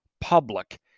public